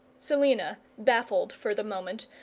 selina, baffled for the moment,